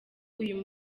uyu